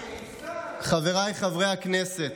חבריי חברי הכנסת,